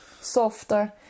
Softer